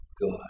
good